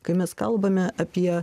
kai mes kalbame apie